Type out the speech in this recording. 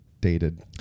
dated